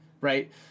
right